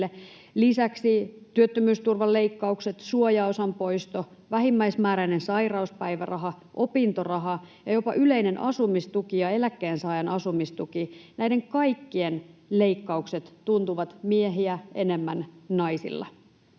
Lisäksi ovat työttömyysturvan leikkaukset, suojaosan poisto, vähimmäismääräinen sairauspäiväraha, opintoraha ja jopa yleinen asumistuki ja eläkkeensaajan asumistuki — näiden kaikkien leikkaukset tuntuvat miehiä enemmän naisilla.